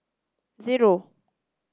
zero